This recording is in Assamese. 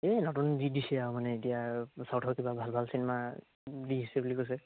এই নতুন যি দিছে আৰু মানে এতিয়া চাউথৰ কিবা ভাল ভাল চিনেমা দি আছে বুলি কৈছে